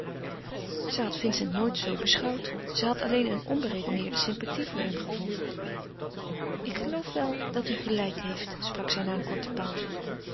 zij had vincent nooit zoo beschouwd zij had alleen een onberedeneerde sympathie voor hem gevoeld ik geloof wel dat u gelijk heeft sprak zij na een korte pauze